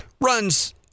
runs